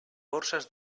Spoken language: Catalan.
borses